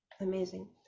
amazing